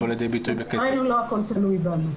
לצערנו לא הכל תלוי בנו.